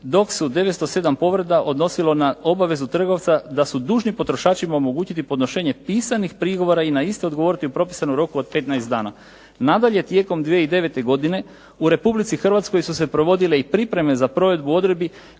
dok se 907 povreda odnosilo na obavezu trgovaca da su dužni potrošačima omogućiti podnošenje pisanih prigovora i na iste odgovoriti u propisanom roku od 15 dana. Nadalje, tijekom 2009. godine u Republici Hrvatskoj su se provodile i pripreme za provedbu odredbi